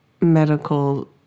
medical